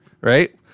Right